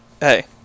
hey